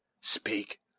speak